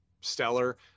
stellar